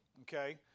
Okay